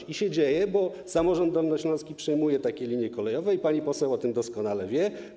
I się dzieje, bo samorząd dolnośląski przejmuje takie linie kolejowe i pani poseł o tym doskonale wie.